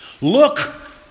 Look